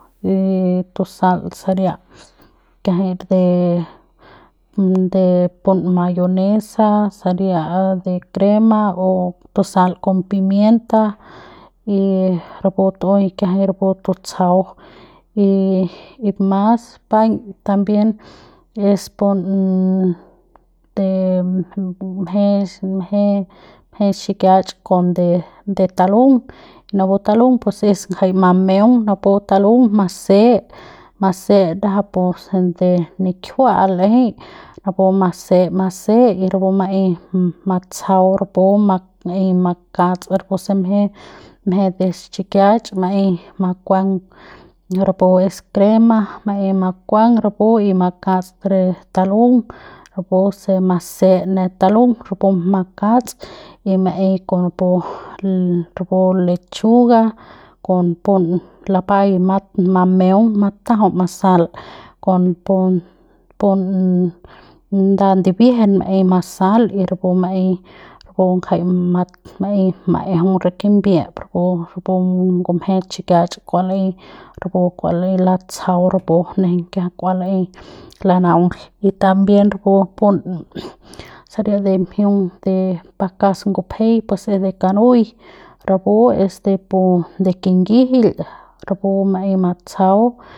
De tusal saria kiajai re de pun mayonesa saria de crema o tusal kon pimienta y rapu tu'ui kiajai rapu tutsjau y y mas paiñ también es pun de mje mje mje xikiach kon de de talung napu talung es ngjai mameung napu talung mase mase ndajap pu se de nikjiua'a l'ejei napu mase masei y rapu maei matsjau rapu ma maei makats rapu se mje mje de xikiach maei makuang rapu es crema maei makuang rapu y makats re talung rapu se mase ne talung rapu makats y maei kon napu le rapu lechuga kon pun lapai ma meung matajau masal kon pun pun nda ndibiejen maei masal y rapu maei rapu ngjai ma maei majeung re kimbiep rapu rapu ngumje chikiach kua laei rapu kua laei latsjau rapu nejei kiajai k'ua laei lanaung y también rapu pun saria de mjiung de pakas ngupjei pues de kanui rapu es de pu kingijil rapu maei matsjau.